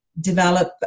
develop